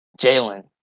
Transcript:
Jalen